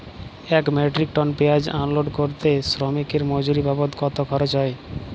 এক metric ton পেঁয়াজ unload করতে শ্রমিকের মজুরি বাবদ কত খরচ হয়?